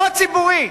לא הציבורי.